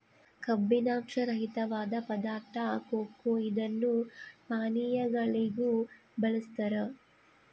ಕಬ್ಬಿನಾಂಶ ರಹಿತವಾದ ಪದಾರ್ಥ ಕೊಕೊ ಇದನ್ನು ಪಾನೀಯಗಳಿಗೂ ಬಳಸ್ತಾರ